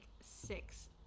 six